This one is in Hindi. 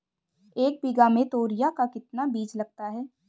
एक बीघा में तोरियां का कितना बीज लगता है?